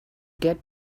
get